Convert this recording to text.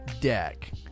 deck